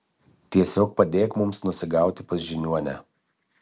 tiesiog padėk mums nusigauti pas žiniuonę